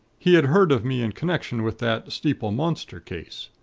he had heard of me in connection with that steeple monster case.